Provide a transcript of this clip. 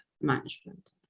management